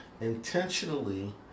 intentionally